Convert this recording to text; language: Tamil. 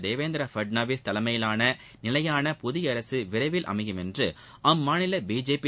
தேவேந்திர பட்னாவிஸ் தலைமையிலான நிலையான புதிய அரசு விரைவில் அமையும் என்று அம்மாநில பிஜேபி